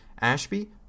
Ashby